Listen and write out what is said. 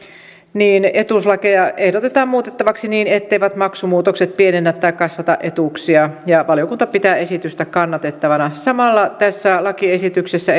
niin etuuslakeja ehdotetaan muutettavaksi niin etteivät maksumuutokset pienennä tai kasvata etuuksia ja valiokunta pitää esitystä kannatettavana samalla tässä lakiesityksessä